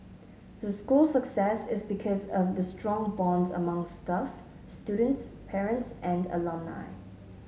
the school's success is because of the strong bonds among staff students parents and alumni